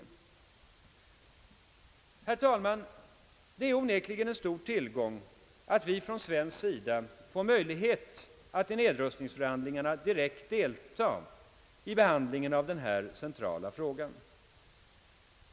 Herr talman! Det är onekligen en stor tillgång att vi från svensk sida får möjlighet att i nedrustningsförhandlingarna direkt delta i denna centrala fråga.